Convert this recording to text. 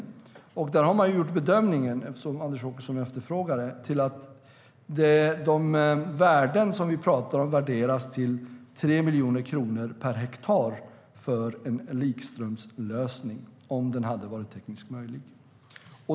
Eftersom Anders Åkesson efterfrågar bedömning av värden kan jag nämna att de värden som vi talar om värderas till 3 miljoner kronor per hektar för en likströmslösning, om den hade varit tekniskt möjlig.